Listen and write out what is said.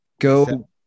go